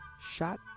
Shot